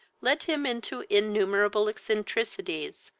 led him into innumerable eccentricities,